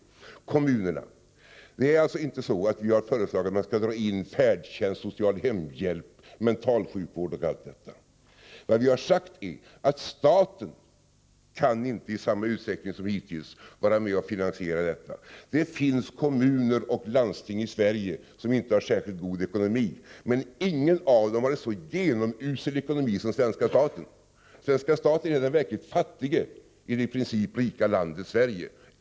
För det andra — kommunerna: Det är alltså inte så, att vi har föreslagit att man skall dra in färdtjänst, social hemhjälp, mental sjukvård och allt detta. Vad vi har sagt är att staten inte i samma utsträckning som hittills kan vara med och finansiera detta. Det finns kommuner och landsting i Sverige som inte har särskilt god ekonomi, men ingen av dem har en så genomusel ekonomi som svenska staten. Svenska staten är den verkligt fattige i det i princip rika landet Sverige.